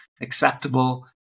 acceptable